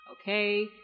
Okay